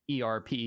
ERP